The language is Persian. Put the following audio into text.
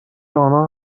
آنها